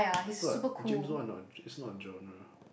that's not James-Bond is not it's not a genre